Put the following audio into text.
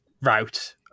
route